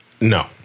no